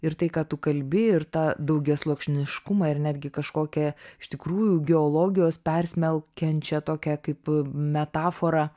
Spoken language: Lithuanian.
ir tai ką tu kalbi ir tą daugiasluoksniškumą ir netgi kažkokią iš tikrųjų geologijos persmelkiančią tokią kaip metaforą